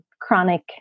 chronic